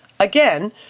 Again